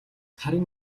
харин